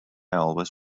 always